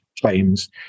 claims